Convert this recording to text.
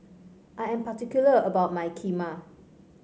I am particular about my Kheema